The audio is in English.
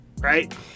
right